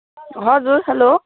हजुर हेलो